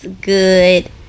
good